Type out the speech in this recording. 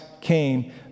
came